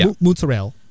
Mozzarella